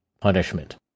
punishment